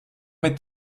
mit